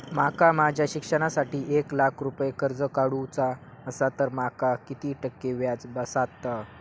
माका माझ्या शिक्षणासाठी एक लाख रुपये कर्ज काढू चा असा तर माका किती टक्के व्याज बसात?